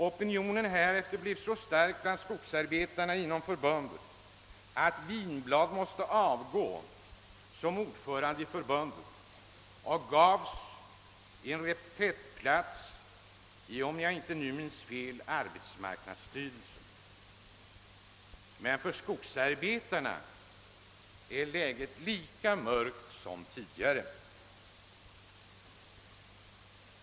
Opinionen bland skogsarbetarna inom förbundet blev härefter så stark att Winroth måste avgå som ordförande i förbundet. Om jag inte minns fel fick han en reträttplats i arbetsmarknadsstyrelsen. Men för skogsarbetarna är läget lika mörkt som tidigare.